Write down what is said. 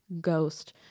ghost